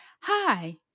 hi